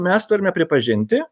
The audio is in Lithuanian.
mes turime pripažinti